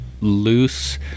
loose